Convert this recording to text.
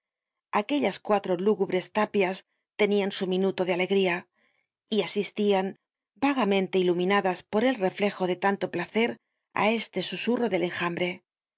aquellas cuatro lúgubres tapias tenían su minuto de alegría y asistian vagamente iluminadas por el reflejo de tanto placer á este susurro del enjambre